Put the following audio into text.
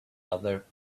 other